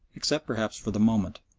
except perhaps for the moment,